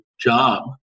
job